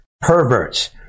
perverts